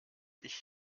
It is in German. ich